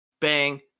Bang